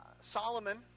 Solomon